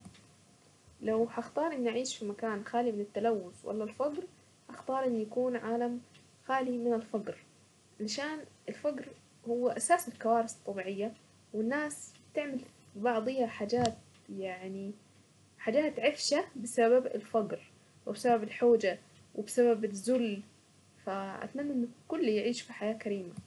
لو هختار اني اعيش في مكان خالي من التلوث ولا الفقر اختار انه يكون عالم خالي من الفقر مشان الفقر هو اساس الكوارث الطبيعية والناس تعمل بعضيها حاجات يعني حاجات عفشة بسبب الفقر وبسبب الحوجة وبسبب الزل فاتمنى ان الكل يعيش في حياة كريمة.